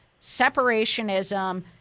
separationism